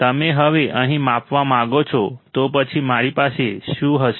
તમે હવે અહીં માપવા માંગો છો તો પછી મારી પાસે શું હશે